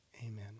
amen